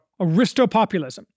aristopopulism